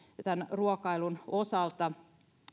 ruokailun osalta